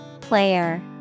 Player